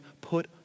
put